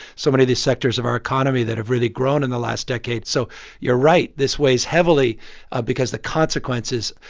so many of these sectors of our economy that have really grown in the last decade. so you're right. this weighs heavily ah because the consequences,